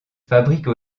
fabrique